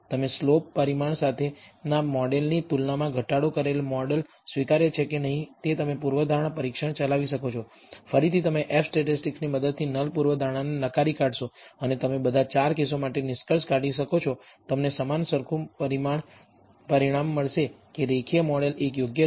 તમે સ્લોપ પરિમાણ સાથેના મોડેલની તુલનામાં ઘટાડો કરેલો મોડેલ સ્વીકાર્ય છે કે નહીં તે તમે પૂર્વધારણા પરીક્ષણ ચલાવી શકો છો ફરીથી તમે F સ્ટેટિસ્ટિક મદદથી નલ પૂર્વધારણાને નકારી કાઢશો અને તમે બધા 4 કેસો માટે નિષ્કર્ષ કાઢી શકો છો તમને સમાન સરખું પરિણામ મળશે કે રેખીય મોડેલ એક યોગ્ય છે